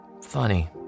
Funny